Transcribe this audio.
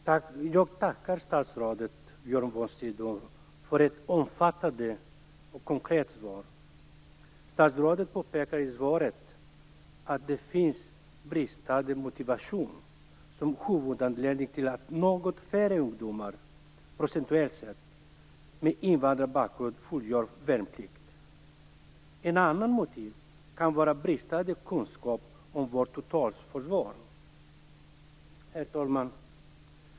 Herr talman! Jag tackar statsrådet Björn von Sydow för ett omfattande och konkret svar. Statsrådet påpekar i svaret att bristande motivation kan vara huvudanledningen till att procentuellt sett något färre ungdomar med invandrarbakgrund fullgör värnplikt. Ett annat motiv kan vara bristande kunskap om vårt totalförsvar. Herr talman!